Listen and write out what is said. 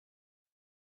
temps